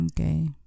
Okay